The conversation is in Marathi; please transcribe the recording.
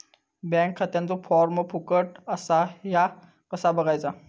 बँक खात्याचो फार्म फुकट असा ह्या कसा बगायचा?